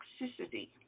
toxicity